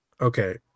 Okay